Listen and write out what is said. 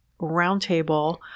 roundtable